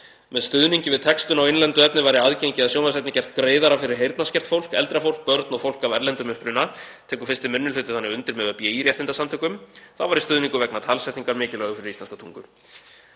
Með stuðningi við textun á innlendu efni væri aðgengi að sjónvarpsefni gert greiðara fyrir heyrnarskert fólk, eldra fólk, börn og fólk af erlendum uppruna. Tekur 1. minni hluti þannig undir með ÖBÍ – réttindasamtökum. Þá væri stuðningur vegna talsetningar mikilvægur fyrir íslenska tungu.